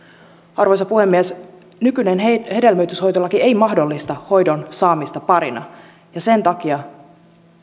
arvoisa puhemies nykyinen hedelmöityshoitolaki ei mahdollista hoidon saamista parina ja sen takia